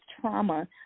trauma